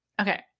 Okay